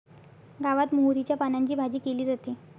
गावात मोहरीच्या पानांची भाजी केली जाते